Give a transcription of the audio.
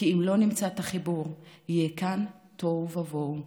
כי אם לא נמצא את החיבור, יהיה כאן תוהו ובוהו.